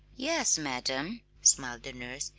yes, madam, smiled the nurse.